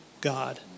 God